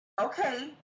Okay